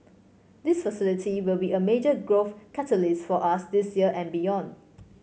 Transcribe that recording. this facility will be a major growth catalyst for us this year and beyond